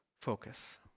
focus